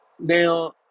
Now